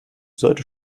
sollte